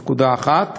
נקודה אחת.